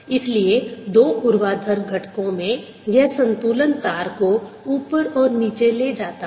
इसलिए दो ऊर्ध्वाधर घटकों में यह संतुलन तार को ऊपर और नीचे ले जाता है